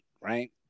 Right